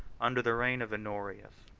under the reign of honorius.